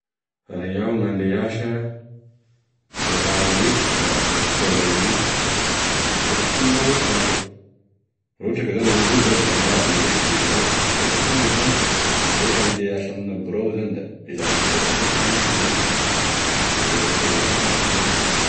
Raha iaho gn'andeha hiasa e raha hoentiko da gne fitaovany entiko mamboatry gn'asako raha ohatry zany amboly za da gn'angady gn'indesiko da gn'ansy raha ohatry ka amboly gn'asako raha ohatry andeha asa amina birao zany da e zavatry ilaiko ampiasaiko ame birao gn'entiko da eo avao koa gne sakafo hidensy.